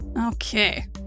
Okay